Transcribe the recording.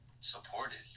supported